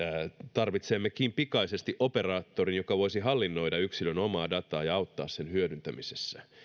tarvitsemmekin pikaisesti operaattorin joka voisi hallinnoida yksilön omaa dataa ja auttaa sen hyödyntämisessä